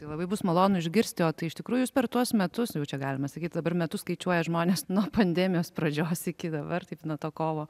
tai labai bus malonu išgirsti o tai iš tikrųjų jūs per tuos metus jau čia galima sakyt dabar metus skaičiuoja žmonės nuo pandemijos pradžios iki dabar taip nuo to kovo